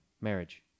marriage